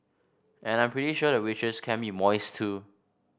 and I'm pretty sure the waitress can be moist too